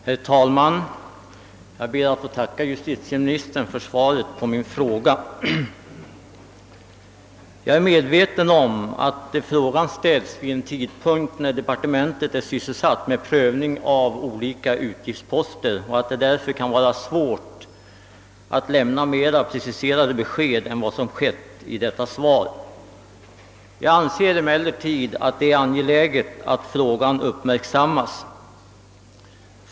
Herr talman! Jag ber att få tacka justitieministern för svaret på min fråga. Jag är medveten om att frågan ställts vid en tidpunkt, när departementet är sysselsatt med prövning av olika utgiftsposter och att det därför kan vara svårt att lämna mera preciserade besked än vad som skett i detta svar. Jag anser emellertid att det är angeläget att frågan uppmärksammas.